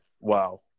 wow